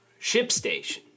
ShipStation